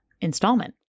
installment